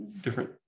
different